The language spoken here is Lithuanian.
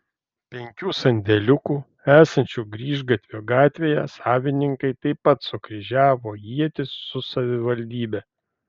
penkių sandėliukų esančių grįžgatvio gatvėje savininkai taip pat sukryžiavo ietis su savivaldybe